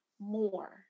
more